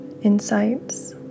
insights